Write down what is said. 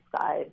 guys